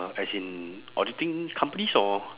as in auditing companies or